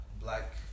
black